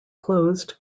closed